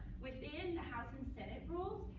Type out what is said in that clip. within the house and senate rules,